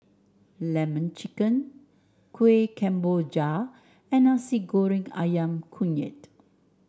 lemon chicken Kueh Kemboja and Nasi Goreng ayam kunyit